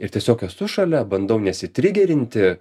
ir tiesiog esu šalia bandau nesitrigerinti